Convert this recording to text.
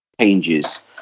changes